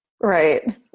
Right